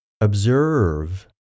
observe